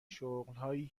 شغلهایی